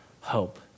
hope